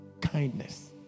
Kindness